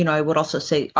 you know i would also say,